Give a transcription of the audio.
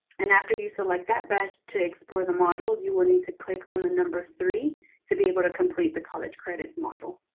and after you select so like that badge to explore the modules, you will need to click on the number three to be able to complete the college credits module.